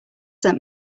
sent